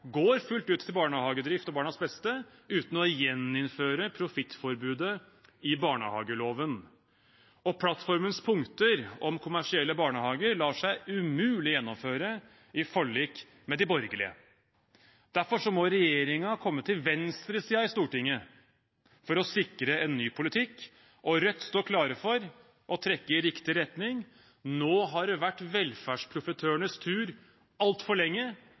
går fullt ut til barnehagedrift og barnas beste uten å gjeninnføre profittforbudet i barnehageloven. Plattformens punkter om kommersielle barnehager lar seg umulig gjennomføre i forlik med de borgerlige. Derfor må regjeringen komme til venstresiden i Stortinget for å sikre en ny politikk, og Rødt står klar for å trekke i riktig retning. Nå har det vært velferdsprofitørenes tur altfor lenge,